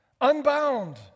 unbound